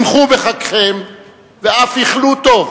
שמחו בחגכם ואף אכלו טוב,